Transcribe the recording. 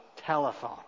telephone